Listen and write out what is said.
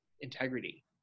integrity